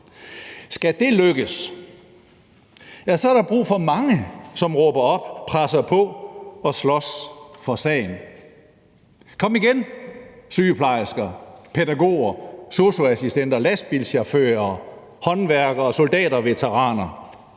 Skal det lykkes, er der brug for mange, som råber op, presser på og slås for sagen. Kom igen, sygeplejersker, pædagoger, sosu-assistenter, lastbilchauffører, håndværkere, soldaterveteraner